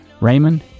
Raymond